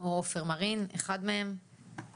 מרין משערי